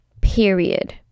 period